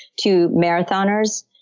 to marathoners,